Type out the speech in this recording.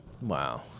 Wow